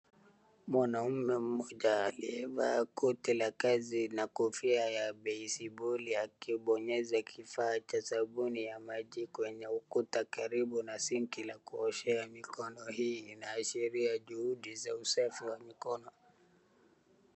Mwanaume mmoja aliyevaa koti la kazi na kofia ya baseboli akibonyeza kifa cha sabuni ya maji kwenye ukuta karibu na sinki la kuoshea mikono. Hii inaashiria juhudi za usafi wa mikono.